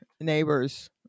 neighbors